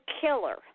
killer